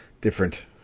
different